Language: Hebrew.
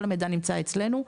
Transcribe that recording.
כל המידע נמצא אצלנו,